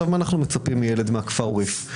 מה אנחנו מצפים מילד מהכפר עוריף?